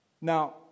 Now